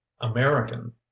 american